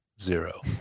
zero